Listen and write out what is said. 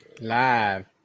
Live